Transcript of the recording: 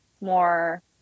more